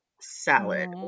Salad